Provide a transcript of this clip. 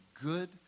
good